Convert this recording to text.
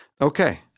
Okay